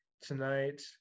tonight